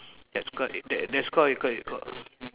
that's called that that's called you called you called